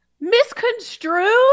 Misconstrued